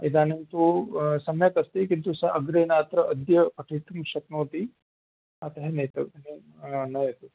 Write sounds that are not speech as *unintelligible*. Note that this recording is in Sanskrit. इदानीं तु सम्यक् अस्ति किन्तु सः अग्रे नात्र अद्य *unintelligible* शक्नोति अतः नेतव्य नयतु